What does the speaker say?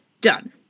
Done